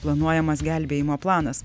planuojamas gelbėjimo planas